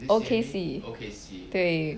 O_K_C 对